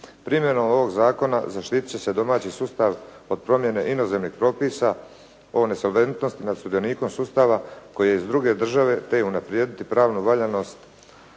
Primjenom ovog zakona zaštititi će se domaći sustav kod promjene inozemnih propisa o nesolventnosti nad sudionikom sustava koji je iz druge države te i unaprijediti pravnu valjanost